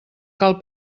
cal